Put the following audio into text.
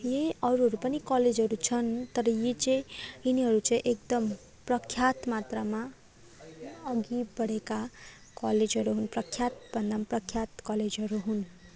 यही अरूहरू पनि कलेजहरू छन् तर यी चाहिँ यिनीहरू चाहिँ एकदम प्रख्यात मात्रामा अघि बढेका कलेजहरू हुन् प्रख्यात भन्दा पनि प्रख्यात कलेजहरू हुन्